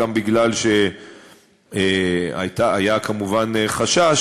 גם בגלל שהיה כמובן חשש